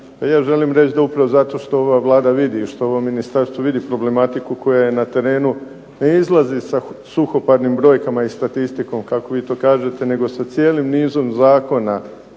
ja želim reći da upravo što ova Vlada vidi, što ovo Ministarstvo vidi problematiku koja je na terenu, ne izlazi sa suhoparnim brojkama i statistikom kako vi to kažete, nego sa cijelim nizom zakona,